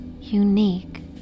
unique